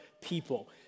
people